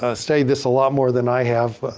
ah studied this a lot more than i have.